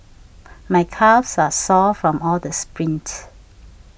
my calves are sore from all the sprints